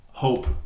Hope